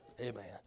Amen